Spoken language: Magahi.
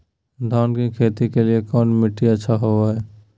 धान की खेती के लिए कौन मिट्टी अच्छा होबो है?